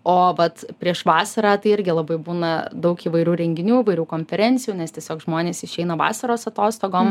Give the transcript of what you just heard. o vat prieš vasarą tai irgi labai būna daug įvairių renginių įvairių konferencijų nes tiesiog žmonės išeina vasaros atostogom